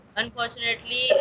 unfortunately